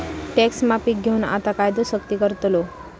tax माफीक घेऊन आता कायदो सख्ती करतलो